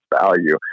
value